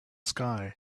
sky